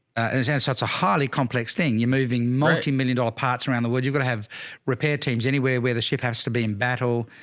that's that's a highly complex thing. you moving multimillion dollar parts around the world. you've got to have repair teams anywhere where the ship has to be in battle.